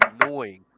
annoying